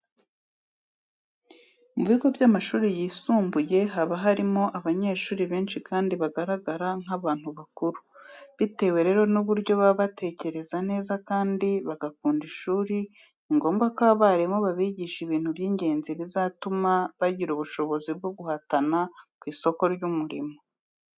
Mu bigo by'amashuri yisumbuye haba harimo abanyeshuri benshi kandi bagaragara nk'abantu bakuru. Bitewe rero n'uburyo baba batekereza neza kandi bagakunda ishuri, ni ngombwa ko abarimu babigisha ibintu by'ingenzi bizatuma bagira ubushobozi bwo guhatana ku isoko ry'umurimo.